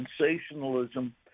sensationalism